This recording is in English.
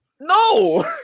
No